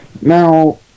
Now